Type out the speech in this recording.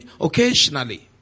occasionally